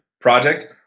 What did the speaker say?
project